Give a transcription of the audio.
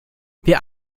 wir